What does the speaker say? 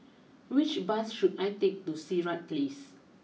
which bus should I take to Sirat place